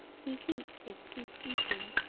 he heat it heat eating.